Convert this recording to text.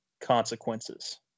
consequences